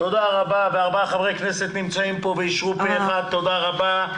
הצבעה בעד 4 אושר תודה רבה.